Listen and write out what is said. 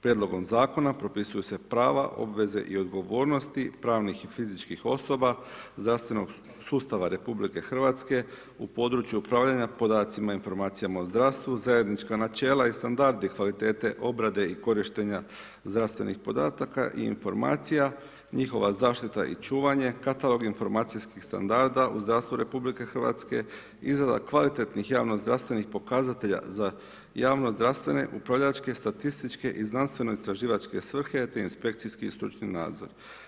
Prijedlogom zakona propisuju se prava, obveze i odgovornosti pravnih i fizičkih osoba zdravstvenog sustava Republike Hrvatske u području upravljanja podacima i informacijama o zdravstvu, zajednička načela i standardi kvalitete obrade i korištenja zdravstvenih podataka i informacija, njihova zaštita i čuvanje, katalog informacijskih standarda u zdravstvu Republike Hrvatske, izrada kvalitetnih javnozdravstvenih pokazatelja za javno-zdravstvene, upravljačke, statističke i znanstveno-istraživačke svrhe te inspekcijski i stručni nadzor.